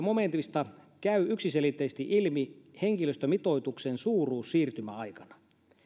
momentista käy yksiselitteisesti ilmi henkilöstömitoituksen suuruus siirtymäaikana